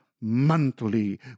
monthly